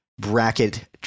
bracket